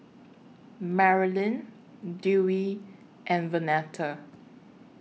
Merilyn Dewey and Vernetta